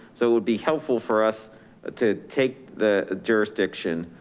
so it would be helpful for us ah to take the jurisdiction.